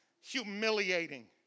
humiliating